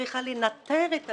צריכה לנתב את הנתונים.